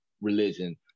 religion